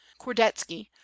kordetsky